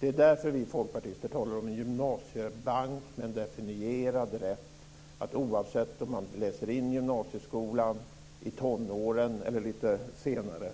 Det är därför vi folkpartister talar om en gymnasiebank med en definierad rätt att läsa in gymnasieskolan oavsett om man gör det i tonåren eller lite senare.